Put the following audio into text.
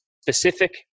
specific